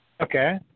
Okay